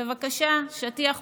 בבקשה, שטיח פרוס,